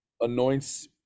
anoints